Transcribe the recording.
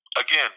again